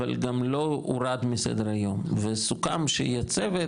אבל גם לא הורד מסדר היום, וסוכם שיהיה צוות.